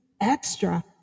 extra